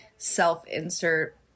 self-insert